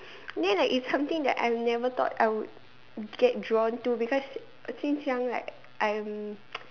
then like it's something that I will never thought I would get drawn to because since young right I'm